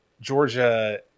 Georgia